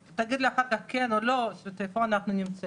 תגיד לי אחר כך אם כן או לא, איפה אנחנו נמצאים